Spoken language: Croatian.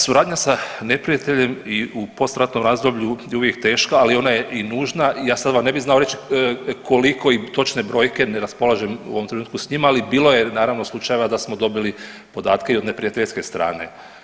Suradnja sa neprijateljem i u post ratnom razdoblju je uvijek teška, ali ona je i nužna, ja sad vam ne bih znao reć koliko i točne brojke, ne raspolažem u ovom trenutku s njima, ali bilo je naravno slučajeva da smo dobili podatke i od neprijateljske strane.